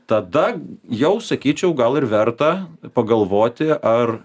tada jau sakyčiau gal ir verta pagalvoti ar